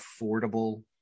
affordable